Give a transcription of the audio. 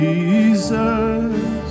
Jesus